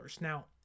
Now